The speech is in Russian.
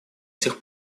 сих